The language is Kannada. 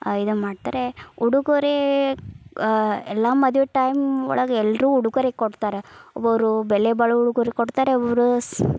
ಇದನ್ನು ಮಾಡ್ತಾರೆ ಉಡುಗೊರೆ ಎಲ್ಲ ಮದುವೆ ಟೈಮ್ ಒಳಗೆ ಎಲ್ಲರೂ ಉಡುಗೊರೆ ಕೊಡ್ತಾರೆ ಒಬ್ಬೊಬ್ರು ಬೆಲೆ ಬಾಳೋ ಉಡುಗೊರೆ ಕೊಡ್ತಾರೆ ಒಬ್ಬೊಬ್ಬರು ಸ್